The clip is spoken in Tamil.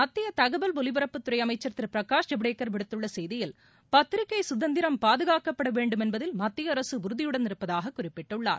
மத்திய தகவல் ஒலிப்பரப்புத்துறை அமைச்சர் திரு பிரகாஷ் ஜவடேகர் விடுத்துள்ள செய்தியில் பத்திரிகை சுதந்திரம் பாதுகாக்கபட வேண்டும் என்பதில் மத்திய அரசு உறுதியுடன் இருப்பதாக குறிப்பிட்டுள்ளார்